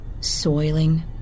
soiling